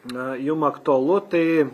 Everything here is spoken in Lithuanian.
na jum aktualu tai